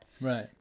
Right